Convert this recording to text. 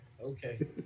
Okay